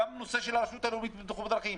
גם לגבי הנושא של הרשות הלאומית לבטיחות בדרכים,